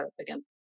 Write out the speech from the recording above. Again